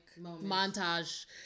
montage